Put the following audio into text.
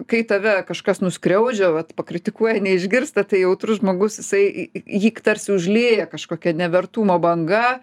kai tave kažkas nuskriaudžia vat pakritikuoja neišgirsta tai jautrus žmogus jisai jį tarsi užlieja kažkokia nevertumo banga